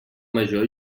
major